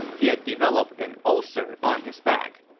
he had developed an ulcer on his back.